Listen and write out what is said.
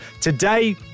Today